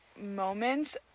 moments